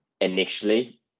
initially